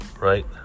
right